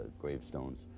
gravestones